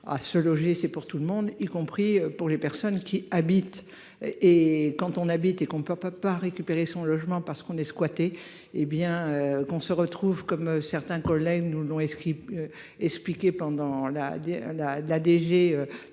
se loger, c'est pour tout le monde y compris pour les personnes qui habitent et quand on habite et qu'on ne peut pas récupérer son logement parce qu'on est squattée hé bien qu'on se retrouve comme certains collègues nous non et ce qui. Expliquer pendant la